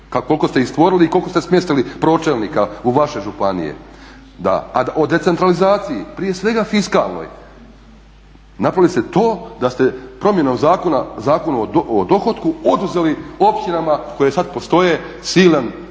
koliko ste ih stvorili i koliko ste smjestili pročelnika u vaše županije. Da, a o decentralizaciji prije svega fiskalnoj napravili ste to da ste promjenom zakona, Zakonom o dohotku oduzeli općinama koje sad postoje silan broj